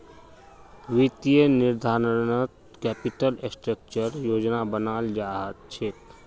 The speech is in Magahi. वित्तीय निर्धारणत कैपिटल स्ट्रक्चरेर योजना बनाल जा छेक